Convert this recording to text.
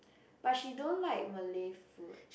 but she don't like Malay food